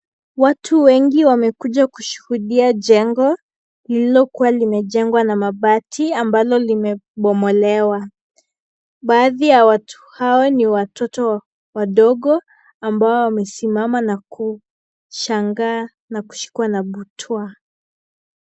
Watu wengi wamekuja kushuhudia jengo lililokuwa limejengwa na mabati ambalo limebomolewa. Baadhi ya watu hao ni watoto wadogo ambao wamesimama na kushangaa na kushikwa na butwaa.